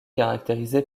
caractérisé